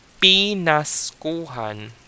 pinaskuhan